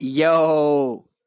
Yo